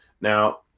Now